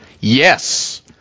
Yes